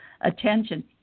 attention